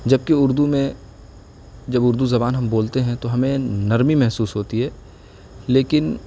جبکہ اردو میں جب اردو زبان ہم بولتے ہیں تو ہمیں نرمی محسوس ہوتی ہے لیکن